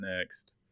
next